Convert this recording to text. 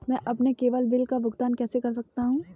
मैं अपने cable bill का भुगतान कैसे कर सकता हूँ?